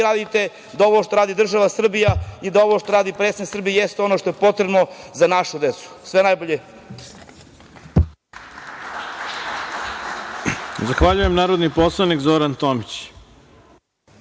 radite, da ovo što radi država Srbija i da ovo što radi predsednik Srbije jeste ono što je potrebno za našu decu. Sve najbolje. **Ivica Dačić** Zahvaljujem. Reč ima narodni poslanik Zoran Tomić.